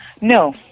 No